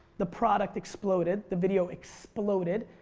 the product exploded. the video exploded.